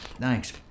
Thanks